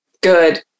Good